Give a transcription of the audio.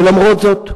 ולמרות זאת,